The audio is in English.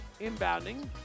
inbounding